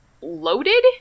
loaded